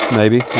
maybe,